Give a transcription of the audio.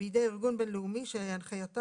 "שהוסמכו לבצעו בידי ארגון בין-לאומי שהנחיותיו